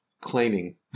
claiming